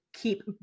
keep